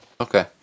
Okay